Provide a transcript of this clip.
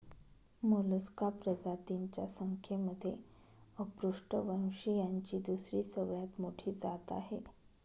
Mollusca प्रजातींच्या संख्येमध्ये अपृष्ठवंशीयांची दुसरी सगळ्यात मोठी जात आहे